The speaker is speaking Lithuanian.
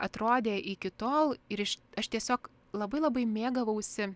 atrodė iki tol ir iš aš tiesiog labai labai mėgavausi